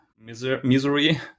misery